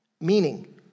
meaning